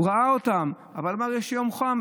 הוא ראה אותם אבל הוא אמר: יש יום חם.